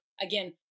again